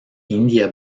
india